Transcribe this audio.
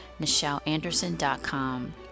michelleanderson.com